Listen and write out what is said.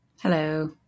hello